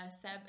Seb